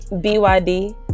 B-Y-D